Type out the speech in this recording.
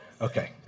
Okay